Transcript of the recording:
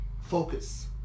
focus